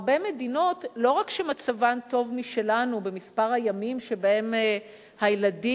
הרבה מדינות לא רק שמצבן טוב משלנו במספר הימים שבהם הילדים,